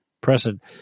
present